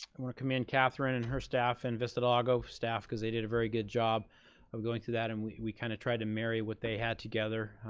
and wanna commend catherine and her staff and vista del lago staff cause they did a very good job of going through that and we we kind of tried to marry what they had together.